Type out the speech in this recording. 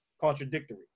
contradictory